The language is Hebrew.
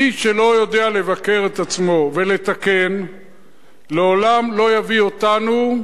מי שלא יודע לבקר את עצמו ולתקן לעולם לא יביא אותנו,